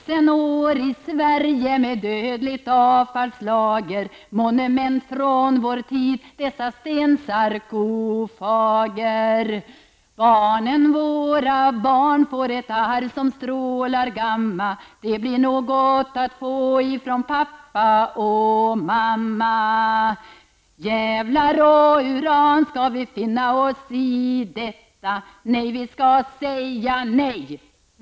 monument från vår tid Barnen, våra barn, får ett arv som strålar gamma det blir något att få ifrån pappa och mamma. Djävlar och uran ska vi finna oss i detta? Nej, vi ska säga nej!